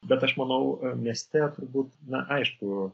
bet aš manau mieste turbūt na aišku